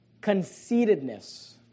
conceitedness